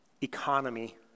economy